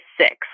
six